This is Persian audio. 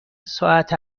ساعت